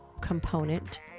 component